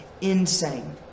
insane